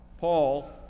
Paul